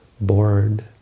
bored